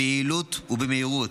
ביעילות ובמהירות.